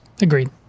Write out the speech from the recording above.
Agreed